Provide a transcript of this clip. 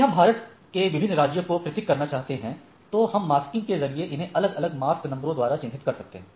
यदि हम भारत के विभिन्न राज्यों को पृथक करना चाहते हैं तो हम मास्किंग के जरिए उन्हें अलग अलग मस्क नंबरों द्वारा चिन्हित कर सकते हैं